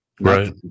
Right